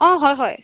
অঁ হয় হয়